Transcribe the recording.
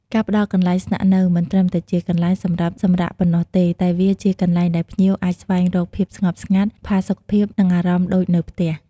ការផ្តល់កន្លែងស្នាក់នៅ មិនត្រឹមតែជាកន្លែងសម្រាប់សម្រាកប៉ុណ្ណោះទេ តែវាជាកន្លែងដែលភ្ញៀវអាចស្វែងរកភាពស្ងប់ស្ងាត់ ផាសុកភាព និងអារម្មណ៍ដូចនៅផ្ទះ។